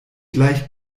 gleich